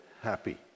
happy